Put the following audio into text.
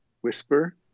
Whisper